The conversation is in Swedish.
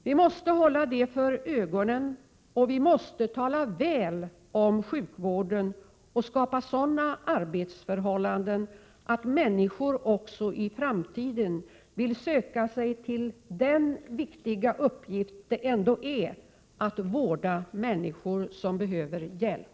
Vi måste ha detta för ögonen, och vi måste tala väl om sjukvården och skapa sådana arbetsförhållanden att människor också i framtiden vill söka sig till den viktiga uppgift det ändå är att vårda människor som behöver hjälp.